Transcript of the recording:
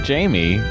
Jamie